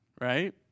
right